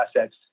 assets